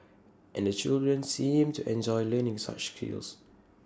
and the children seemed to enjoy learning such skills